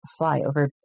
flyover